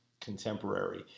contemporary